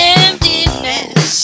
emptiness